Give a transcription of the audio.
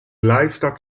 livestock